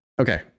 Okay